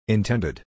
Intended